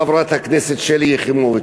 וגם מאותם מניעים של חברת הכנסת שלי יחימוביץ.